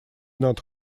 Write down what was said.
not